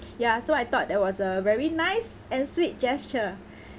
ya so I thought that was a very nice and sweet gesture